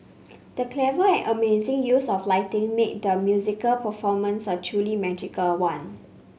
the clever and amazing use of lighting made the musical performance a truly magical one